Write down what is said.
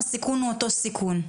הסיכון הוא אותו סיכון.